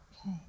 Okay